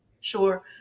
Sure